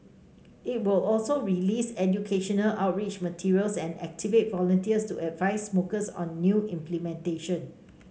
it will also release educational outreach materials and activate volunteers to advice smokers on the new implementation